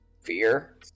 fear